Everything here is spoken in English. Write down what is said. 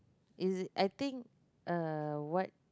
is it I think uh what